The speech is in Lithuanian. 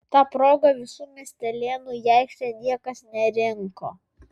ta proga visų miestelėnų į aikštę niekas nerinko